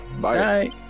bye